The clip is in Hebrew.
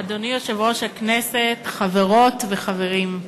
אדוני יושב-ראש הכנסת, חברות וחברים,